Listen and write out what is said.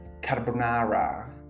carbonara